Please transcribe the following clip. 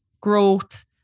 growth